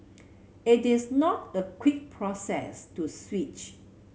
it is not a quick process to switch